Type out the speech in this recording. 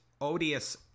odious